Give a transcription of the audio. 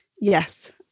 Yes